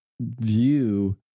view